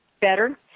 better